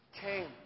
came